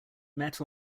met